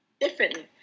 differently